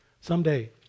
Someday